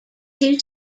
two